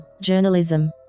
journalism